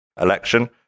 election